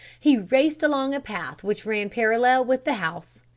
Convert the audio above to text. he raced along a path which ran parallel with the house,